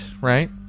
right